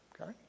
Okay